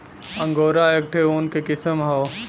angora एक ठे ऊन क किसम हौ